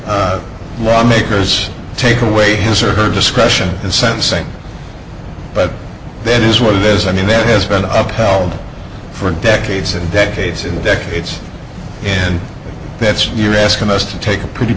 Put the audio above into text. that lawmakers take away his or her discretion in sentencing but that is where this i mean this has been upheld for decades and decades and decades and that's you're asking us to take a pretty